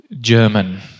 German